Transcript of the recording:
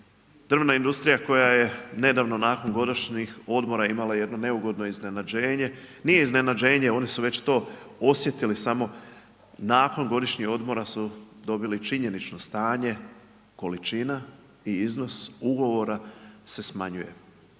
drvna industrija koja je nedavno nakon godišnjih odmora imala jedno neugodno iznenađenje. Nije iznenađenje, oni su već to osjetili samo nakon godišnjih odmora su dobili činjenično stanje, količina i iznos ugovora se smanjuje.